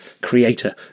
creator